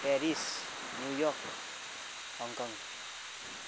Paris New York Hong Kong